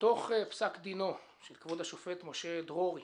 מתוך פסק דינו של כבוד השופט משה דרורי,